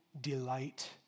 delight